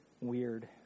weird